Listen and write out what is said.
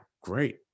great